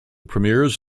premieres